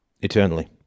eternally